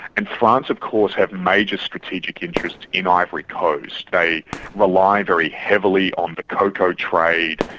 and france of course, had major strategic interests in ivory coast. they rely very heavily on the cocoa trade,